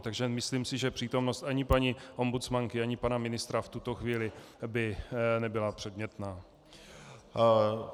Takže myslím si, že přítomnost ani paní ombudsmanky ani pana ministra v tuto chvíli by nebyla předmětná.